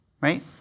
right